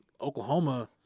Oklahoma –